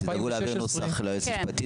תדאגו להעביר נוסח ליועצת המשפטית.